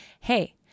hey